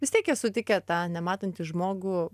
vis tiek jie sutikę tą nematantį žmogų